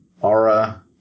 aura